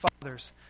fathers